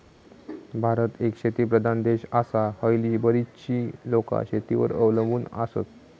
भारत एक शेतीप्रधान देश आसा, हयली बरीचशी लोकां शेतीवर अवलंबून आसत